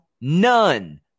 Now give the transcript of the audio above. None